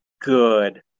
good